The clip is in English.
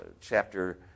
chapter